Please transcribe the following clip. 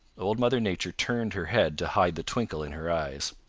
old mother nature turned her head to hide the twinkle in her eyes.